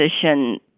position